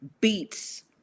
beats